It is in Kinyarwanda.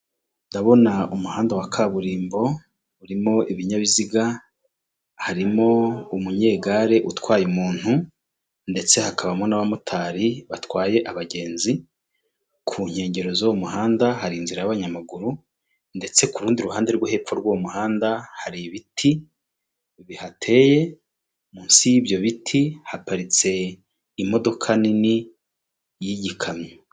Ndabona umuhanda wa kaburimbo urimo ibinyabiziga harimo umunyegare utwaye umuntu ndetse hakabamo n'abamotari batwaye abagenzi ku nkengero z'uwo muhanda hari inzira y'abanyamaguru ndetse ku rundi ruhande rwo hepfo rw'uwo umuhanda hari ibiti bihateye munsi y'ibyo biti haparitse imodoka nini y'igikamyo.